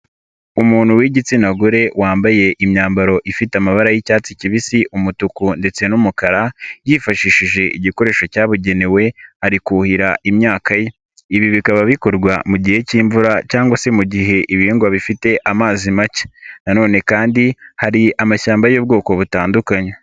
Umuntu w'igitsina gore wambaye imyambaro ifite amabara y'icyatsi kibisi umutuku ndetse n'umukara yifashishije igikoresho cyabugenewe ari kuhira imyaka ibi bikaba bikorwa mu gihe cy'imvura cyangwa se mu gihe ibihingwa bifite amazi make na none kandi hari amashyamba y'ubwoko butandukanye.